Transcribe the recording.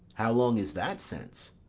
how long is that since?